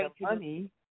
money